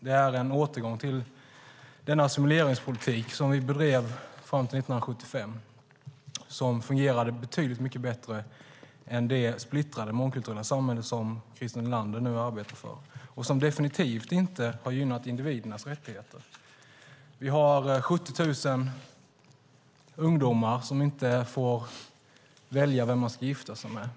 Det är en återgång till den assimileringspolitik som vi bedrev fram till 1975, som gjorde att samhället fungerade betydligt bättre än det splittrade mångkulturella samhälle som Christer Nylander arbetar för och som definitivt inte har gynnat individernas rättigheter. Vi har 70 000 ungdomar som inte får välja vem de ska gifta sig med.